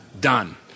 Done